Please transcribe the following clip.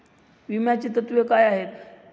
विम्याची तत्वे काय आहेत?